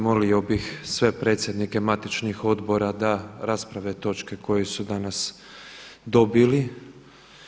Molio bih sve predsjednike matičnih odbora da rasprave točke koje su danas dobili.